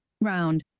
round